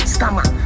Scammer